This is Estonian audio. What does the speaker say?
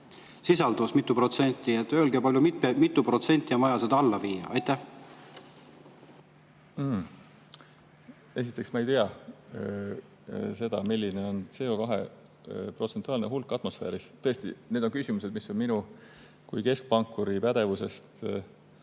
sisaldus, mitu protsenti. Öelge palun, mitu protsenti on vaja seda alla viia. Esiteks, ma ei tea seda, milline on CO2protsentuaalne hulk atmosfääris. Tõesti, need on küsimused, mis on minu kui keskpankuri pädevusest